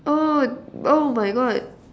oh oh my God